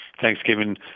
Thanksgiving